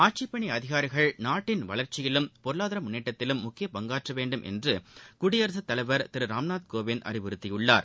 ஆட்சிப் பணி அதிகாரிகள் நாட்டின் வளர்ச்சியிலும் பொருளாதார முன்னேற்றத்திலும் முக்கிய பங்காற்ற வேண்டும் என்று குடியரசு தலைவர் திரு ராம்நாத் கோவிந்த் அறிவுறுத்தியுள்ளார்